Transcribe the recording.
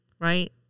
Right